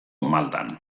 maldan